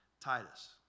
Titus